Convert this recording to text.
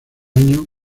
año